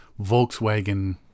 Volkswagen